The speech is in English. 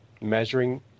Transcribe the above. Measuring